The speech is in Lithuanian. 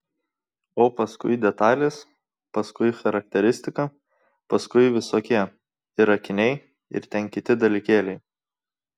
o paskui detalės paskui charakteristika paskui visokie ir akiniai ir ten kiti dalykėliai